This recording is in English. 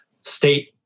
state